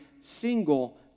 single